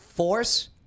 force